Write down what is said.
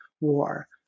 war